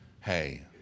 hey